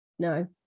No